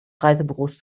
reisebüros